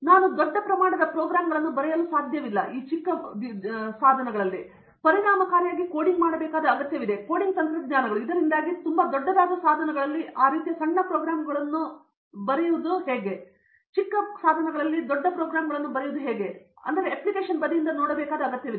ನಾನು ದೊಡ್ಡ ಪ್ರಮಾಣದ ಪ್ರೋಗ್ರಾಮಗಳನ್ನು ಬರೆಯಲು ಸಾಧ್ಯವಿಲ್ಲ ನಾನು ಪರಿಣಾಮಕಾರಿಯಾಗಿ ಕೋಡಿಂಗ್ ಮಾಡಬೇಕಾದ ಅಗತ್ಯವಿದೆ ಕೋಡಿಂಗ್ ತಂತ್ರಜ್ಞಾನಗಳು ಮತ್ತು ಇದರಿಂದಾಗಿ ಇಂದು ತುಂಬಾ ದೊಡ್ಡದಾದ ಸಾಧನಗಳಲ್ಲಿ ಆ ರೀತಿಯ ಸಣ್ಣ ಪ್ರೋಗ್ರಾಮಗಳನ್ನು ಬರೆಯುವುದು ದೊಡ್ಡ ಕೌಶಲ್ಯ ಮತ್ತು ಹಾಗಾಗಿ ಅದನ್ನು ನಾವು ಅಪ್ಲಿಕೇಶನ್ ಬದಿಯಿಂದ ನೋಡಬೇಕಾದ ಅಗತ್ಯವಿದೆ